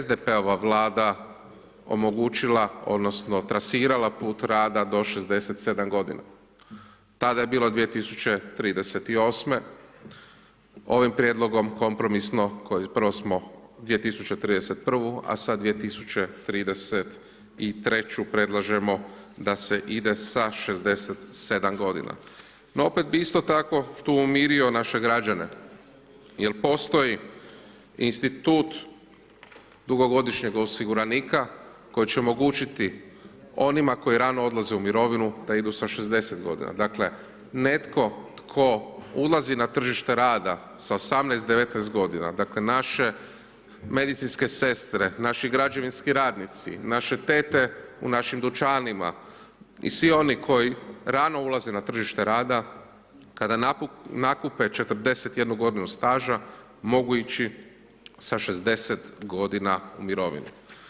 SDP-ova Vlada omogućila odnosno trasirala put rada do 67 g. Tada je bilo 2038., ovim prijedlogom kompromisno, prvo smo 2031. a sad 2033. predlažemo da se ide sa 67 g. No opet bi isto tako tu umirio naše građane jer postoji institut dugogodišnjeg osiguranika koji će omogućiti onima koji rano odlaze u mirovinu da idu sa 60. g. Dakle netko tko ulazi na tržište rada sa 18, 19 g. dakle naše medicinske sestre, naši građevinski radnici, naše tete u našim dućanima i svi oni koji rano ulaze na tržište rada, kada nakupe 41 g, staža, mogu ići sa 60 g. u mirovinu.